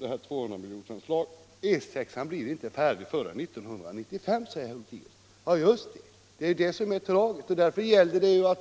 200-miljonsanslaget till E 6! E 6:an blir inte färdig förrän 1995, säger herr Lothigius. Ja, just det, och det är det som är så tragiskt.